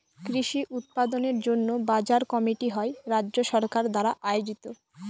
কৃষি উৎপাদনের জন্য বাজার কমিটি হয় রাজ্য সরকার দ্বারা আয়োজিত